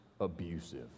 abusive